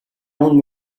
own